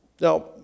Now